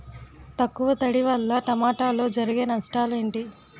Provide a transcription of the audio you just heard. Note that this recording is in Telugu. తక్కువ తడి వల్ల టమోటాలో జరిగే నష్టాలేంటి?